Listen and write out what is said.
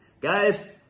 Guys